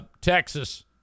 texas